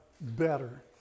better